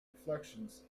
reflections